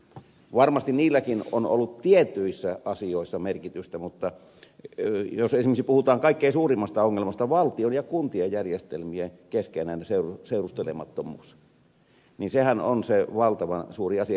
varmasti niilläkin on ollut tietyissä asioissa merkitystä mutta jos esimerkiksi puhutaan kaikkein suurimmasta ongelmasta valtion ja kuntien järjestelmien keskenään seurustelemattomuudesta niin sehän on se valtavan suuri asia